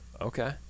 Okay